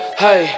hey